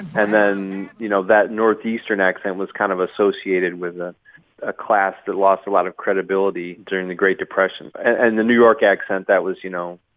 and then, you know, that northeastern accent was kind of associated with ah a class that lost a lot of credibility during the great depression. and the new york accent that was, you know,